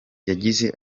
yagize